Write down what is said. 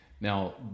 Now